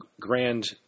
grand